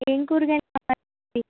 ఏం కూరగాయలు కావాలండి